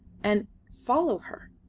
and follow her!